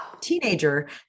teenager